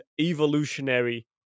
evolutionary